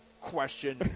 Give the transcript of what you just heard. question